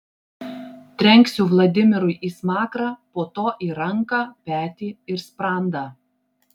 trenksiu vladimirui į smakrą po to į ranką petį ir sprandą